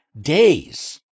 days